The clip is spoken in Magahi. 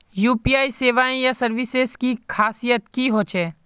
यु.पी.आई सेवाएँ या सर्विसेज की खासियत की होचे?